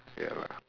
ya lah